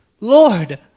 Lord